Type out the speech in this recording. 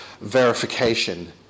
verification